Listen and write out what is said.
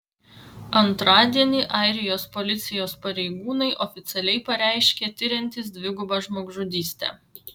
antradienį airijos policijos pareigūnai oficialiai pareiškė tiriantys dvigubą žmogžudystę